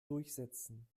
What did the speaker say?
durchsetzen